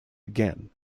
again